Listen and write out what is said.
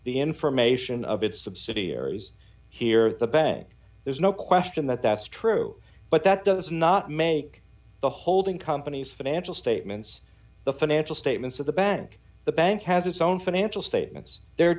the information of its subsidiaries here the bank there's no question that that's true but that does not make the holding companies financial statements the financial statements of the bank the bank has its own financial statements they